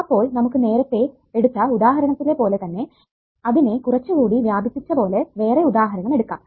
അപ്പോൾ നമുക്ക് നേരത്തെ എടുത്ത ഉദാഹരണത്തിലെ പോലെ തന്നെ അതിനെ കുറച്ചു കൂടി വ്യാപിപ്പിച്ചപോലെ വേറെ ഉദാഹരണം എടുക്കാം